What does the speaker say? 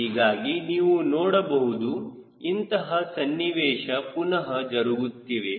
ಹೀಗಾಗಿ ನೀವು ನೋಡಬಹುದು ಇಂತಹ ಸನ್ನಿವೇಶ ಪುನಹ ಜರಗುತ್ತಿವೆ